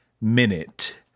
minute